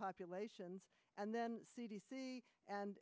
populations and then